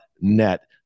Net